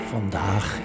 Vandaag